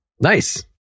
Nice